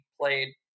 played